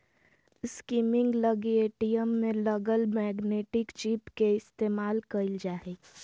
skimming लगी ATM में लगल मैग्नेटिक चिप के इस्तेमाल कइल जा हइ